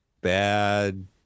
bad